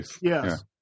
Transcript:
Yes